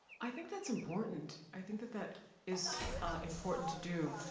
i think that's important, i think that that is important to do,